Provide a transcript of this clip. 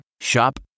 Shop